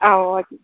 ஆ okay